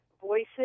voices